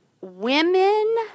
women